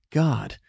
god